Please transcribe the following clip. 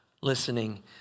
listening